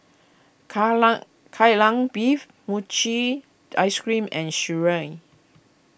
Kai Lan Beef Mochi Ice Cream and Sireh